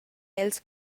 els